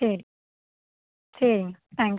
சரி சரிங்க தேங்க்ஸ்